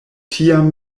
tiam